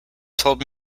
told